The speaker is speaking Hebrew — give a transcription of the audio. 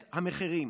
את המחירים.